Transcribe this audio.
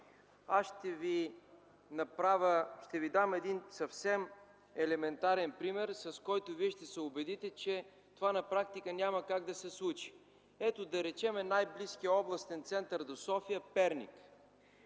числа. Аз ще ви дам един съвсем елементарен пример, с който вие ще се убедите, че това на практика няма как да се случи. Да речем най-близкият областен център до София – Перник.